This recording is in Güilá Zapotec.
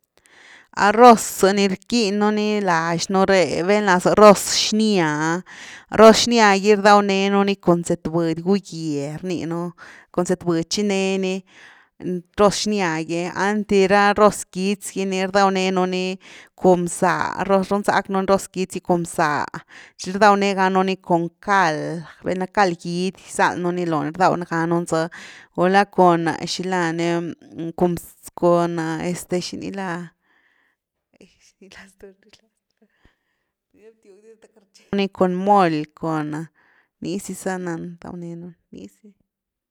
Arroz za ni rckinnu ni lax nú re, vlna za roz xnya’ah, roz xnya gy rdaw nenu ni cun zëtbudy guyé rninu, cun zëtbudy tchineni roz xnya gy, einty ra roz quitz gy ni rdaw né nú ni cun bzá runzack nú roz quitz gy cun bza tchi rdaw né ganu ni cun cald, velna cald gidy gizal nuní loo ni rdaw ganu ni zë, gula cun xila ni cun este xini la cun moly cun, nizy za nana rdaw ne nú ni, nizy.